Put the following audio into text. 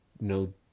no